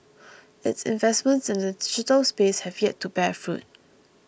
its investments in the digital space have yet to bear fruit